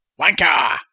Wanker